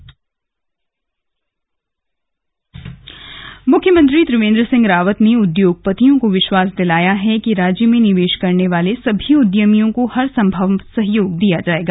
CM उद्योगपति मुख्यमंत्री त्रिवेंद्र सिंह रावत ने उद्योगपतियों को विश्वास दिलाया कि राज्य में निवेश करने वाले समी उद्यमियों को हर सम्भव सहयोग दिया जाएगा